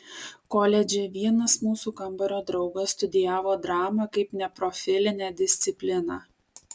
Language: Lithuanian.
koledže vienas mūsų kambario draugas studijavo dramą kaip neprofilinę discipliną